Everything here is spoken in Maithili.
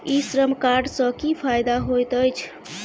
ई श्रम कार्ड सँ की फायदा होइत अछि?